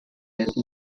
else